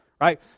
right